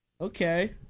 Okay